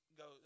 go